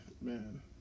man